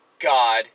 God